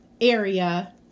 area